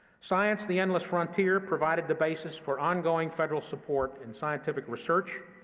science the endless frontier provided the basis for ongoing federal support in scientific research,